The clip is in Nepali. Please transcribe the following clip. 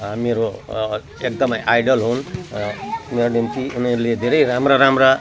मेरो एकदमै आइडल हुन् हाम्रा निम्ति उनीहरूले धेरै राम्रा राम्रा